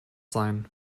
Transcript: sein